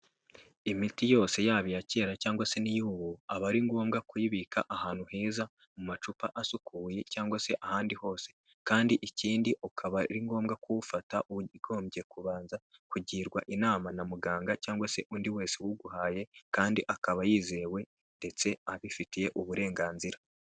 Imiti yose yaba iya kera cyangwa se n'iy'ubu aba ari ngombwa kuyibika ahantu heza mu macupa asukuye cyangwa se ahandi hose. Kandi ikindi ukaba ari ngombwa kuwufata ugombye kubanza kugirwa inama na muganga cyangwa se undi wese uwuguhaye kandi akaba yizewe ndetse abifitiye uburenganzira.